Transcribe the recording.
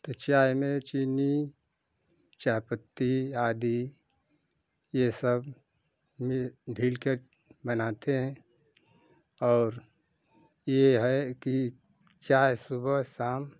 तो चाय में चीनी चायपत्ती आदि यह सब ढील के बनाते हैं और यह है कि चाय सुबह शाम